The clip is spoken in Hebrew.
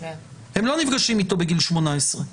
הם לא נפגשים איתו בגיל 18,